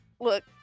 Look